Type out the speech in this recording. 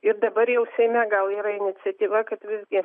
ir dabar jau seime gal yra iniciatyva kad visgi